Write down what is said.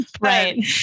Right